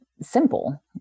simple